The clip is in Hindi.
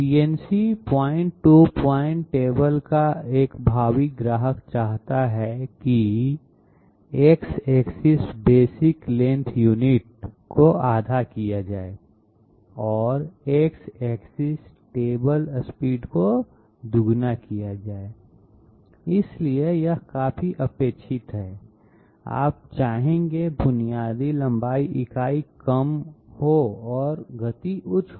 CNC point to point table का एक भावी ग्राहक चाहता है कि X axis basic length unit को आधा किया जाए और X एक्सिस टेबल स्पीड को दोगुना किया जाए इसलिए यह काफी अपेक्षित है आप चाहेंगे बुनियादी लंबाई इकाई कम और उच्च गति हो